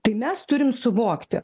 tai mes turim suvokti